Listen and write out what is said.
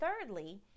thirdly